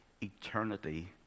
eternity